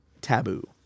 taboo